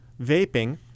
vaping